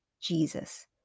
Jesus